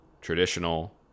traditional